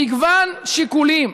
מגוון שיקולים.